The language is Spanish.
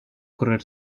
correr